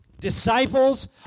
Disciples